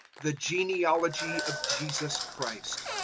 the genealogy of jesus christ,